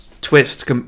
twist